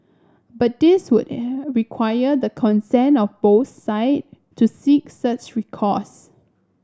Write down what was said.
but this would require the consent of both side to seek such recourse